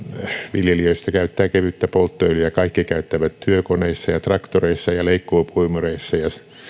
viljelijöistä käyttää kevyttä polttoöljyä kaikki käyttävät työkoneissa ja traktoreissa ja leikkuupuimureissa